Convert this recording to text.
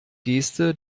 geste